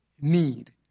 need